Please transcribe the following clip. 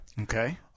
Okay